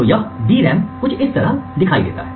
तो यह DRAM कुछ इस तरह दिखाई देता है